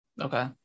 Okay